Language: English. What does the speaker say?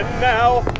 now